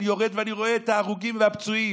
אני יורד ואני רואה את ההרוגים והפצועים,